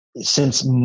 since-